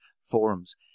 forums